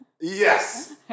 Yes